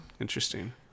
interesting